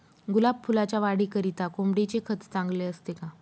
गुलाब फुलाच्या वाढीकरिता कोंबडीचे खत चांगले असते का?